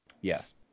Yes